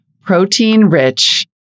protein-rich